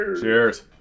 Cheers